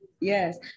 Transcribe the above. Yes